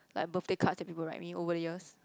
like birthday cards that people write me over the years